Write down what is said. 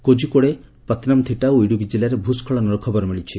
କୋକିକୋଡେ ପତନମ୍ଥିଟା ଓ ଇଡୁକି କିଲ୍ଲାରେ ଭୂସ୍କଳନର ଖବର ମିଳିଛି